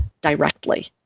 directly